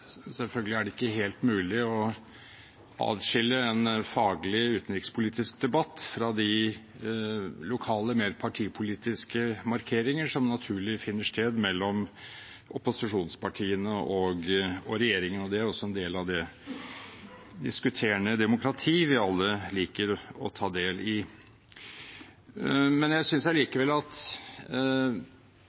Selvfølgelig er det ikke mulig helt å adskille en faglig utenrikspolitisk debatt fra de lokale, mer partipolitiske markeringer som naturlig finner sted mellom opposisjonspartiene og regjeringen. Det er også en del av det diskuterende demokrati vi alle liker å ta del i. Jeg synes likevel at